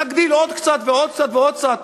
נגדיל עוד קצת ועוד קצת ועוד קצת.